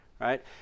right